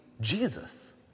Jesus